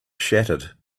shattered